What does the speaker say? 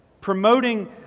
promoting